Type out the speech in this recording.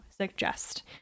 suggest